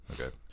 Okay